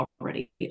already